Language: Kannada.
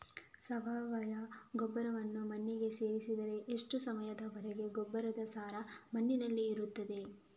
ಸಾವಯವ ಗೊಬ್ಬರವನ್ನು ಮಣ್ಣಿಗೆ ಸೇರಿಸಿದರೆ ಎಷ್ಟು ಸಮಯದ ವರೆಗೆ ಗೊಬ್ಬರದ ಸಾರ ಮಣ್ಣಿನಲ್ಲಿ ಇರುತ್ತದೆ?